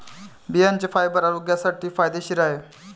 बियांचे फायबर आरोग्यासाठी फायदेशीर आहे